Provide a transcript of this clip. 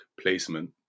placement